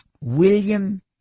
William